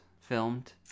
filmed